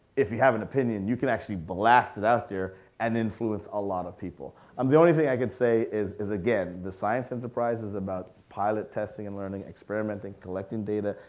if you have an opinion, you could actually blast it out there and influence a lot of people. um the only thing i could say is is again, the science enterprise is about pilot testing and learning, experimenting, collecting data,